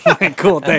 Cool